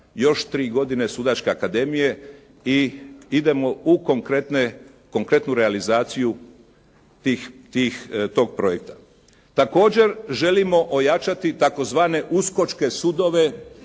još tri godine sudačke akademije i idemo u konkretnu realizaciju tog projekta. Također želimo ojačati tzv. uskočke sudove,